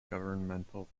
governmental